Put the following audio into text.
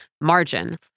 margin